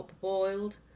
boiled